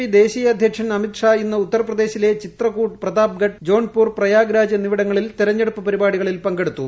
P ദേശീയ അദ്ധ്യക്ഷൻ അമിത് ഷാ ഇന്ന് ഉത്തർപ്പ്ട്ടേഴിലെ ചിത്രകൂട് പ്രതാപ്ഗർ ജോൺപൂർ പ്രയാഗ്ര്മാജ് എന്നിവിടങ്ങളിൽ തിരഞ്ഞെടുപ്പ് പരിപാടികളിൽ പ്പ്കെടുത്തു